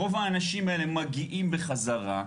רוב האנשים האלה מגיעים בחזרה.